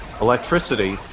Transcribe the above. electricity